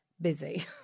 busy